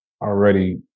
already